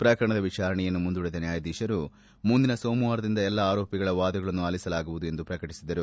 ಪ್ರಕರಣದ ವಿಚಾರಣೆಯನ್ನು ಮುಂದೂಡಿದ ನ್ಯಾಯಾಧೀಶರು ಮುಂದಿನ ಸೋಮವಾರದಿಂದ ಎಲ್ಲಾ ಆರೋಪಿಗಳನ್ನು ಆಲಿಸಲಾಗುವುದು ಎಂದು ಪ್ರಕಟಿಸಿದರು